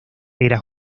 era